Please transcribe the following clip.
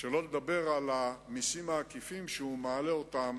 שלא לדבר על המסים העקיפים, שהוא מעלה אותם